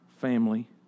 family